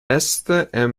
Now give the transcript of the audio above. esther